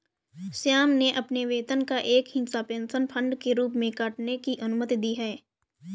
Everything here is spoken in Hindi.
श्याम ने अपने वेतन का एक हिस्सा पेंशन फंड के रूप में काटने की अनुमति दी है